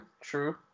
true